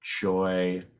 joy